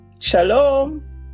Shalom